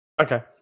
Okay